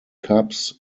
cubs